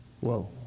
Whoa